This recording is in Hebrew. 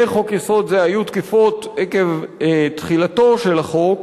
חוק-יסוד זה היו תקפות עקב תחילתו של החוק